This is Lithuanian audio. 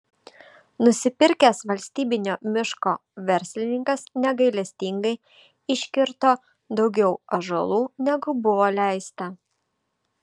nusipirkęs valstybinio miško verslininkas negailestingai iškirto daugiau ąžuolų negu buvo leista